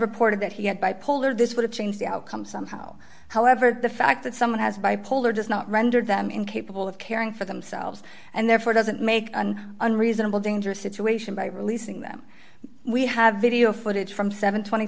reported that he had bipolar this would have changed the outcome somehow however the fact that someone has bipolar does not render them incapable of caring for themselves and therefore doesn't make an unreasonable dangerous situation by releasing them we have video footage from seven twenty